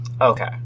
okay